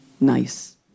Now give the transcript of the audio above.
nice